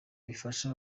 bifasha